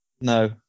No